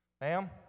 Ma'am